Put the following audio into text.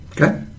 Okay